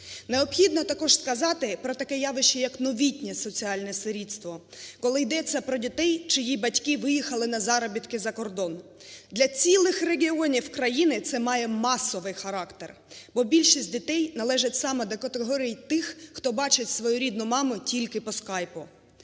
Необхідно також сказати про таке явище як новітнє соціальне сирітство, коли йдеться про дітей, чиї батьки виїхали на заробітки за кордон. Для цілих регіонів країни це має масовий характер. Бо більшість дітей належать саме до категорії тих, хто бачить свою рідну маму тільки поскайпу.